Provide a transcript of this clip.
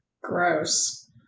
Gross